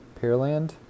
Pearland